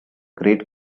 great